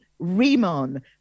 Rimon